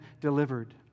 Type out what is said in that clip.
delivered